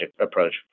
approach